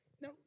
Now